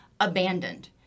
abandoned